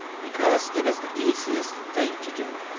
because it is the easiest thing to do.